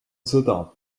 sõda